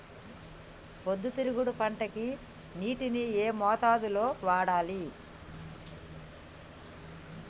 పొద్దుతిరుగుడు పంటకి నీటిని ఏ మోతాదు లో వాడాలి?